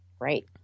Right